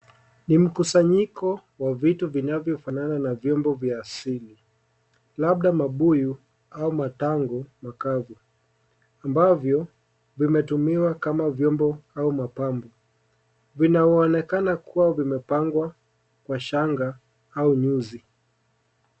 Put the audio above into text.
Ni mkusanyiko wa vitu vinavyofanana na vyombo vya asili, labda mabuyu au madangu makavu ambavyo vimetumiwa kama vyombo au mapambo, vinaonekana kuwa vimepangwa kwa shanga au nyuzi.